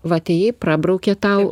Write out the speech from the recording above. va atėjai prabraukė tau